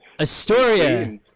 Astoria